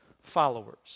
followers